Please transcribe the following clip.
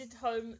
home